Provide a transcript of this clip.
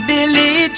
Billy